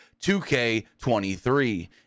2K23